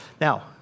Now